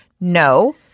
no